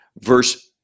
Verse